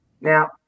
Now